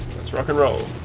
let's rock and roll.